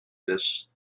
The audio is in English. this